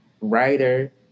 writer